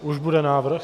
Už bude návrh?